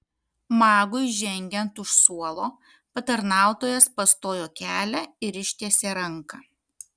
magui žengiant už suolo patarnautojas pastojo kelią ir ištiesė ranką